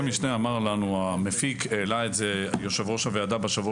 אבל העלה את זה יושב-ראש הוועדה בשבוע